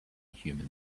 human